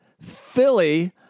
Philly